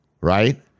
Right